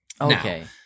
Okay